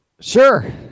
Sure